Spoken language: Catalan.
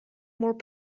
molt